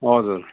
हजुर